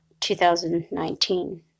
2019